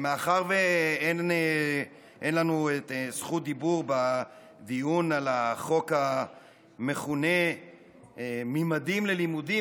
מאחר שאין לנו זכות דיבור בדיון על החוק המכונה ממדים ללימודים,